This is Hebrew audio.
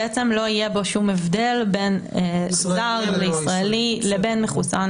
לא יהיה בו שום הבדל בין זר לישראלי לבין מחוסן